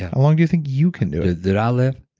how long do you think you can do it? that i live?